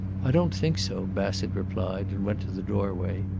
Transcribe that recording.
i don't think so, bassett replied, and went to the doorway.